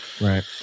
Right